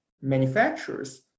manufacturers